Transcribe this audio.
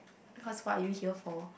because what are you here for